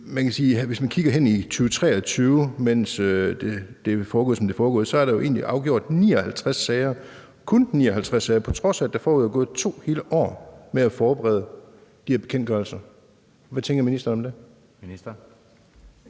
Hvis man kigger på 2023, mens det er foregået, som det er foregået, er der afgjort 59 sager – kun 59 sager! – på trods af at der forud er gået 2 hele år med at forberede de her bekendtgørelser. Hvad tænker ministeren om det?